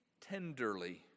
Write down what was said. tenderly